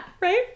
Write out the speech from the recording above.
Right